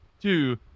Two